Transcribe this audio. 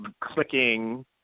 clicking